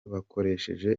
bakoresheje